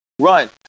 run